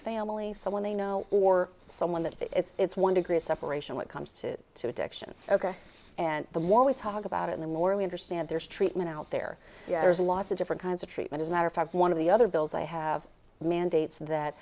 family someone they know or someone that it's one degree of separation what comes to addiction ok and the more we talk about it the more we understand there's treatment out there yeah there's a lot of different kinds of treatment as a matter of fact one of the other bills i have mandates that